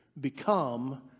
become